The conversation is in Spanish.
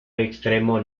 extremo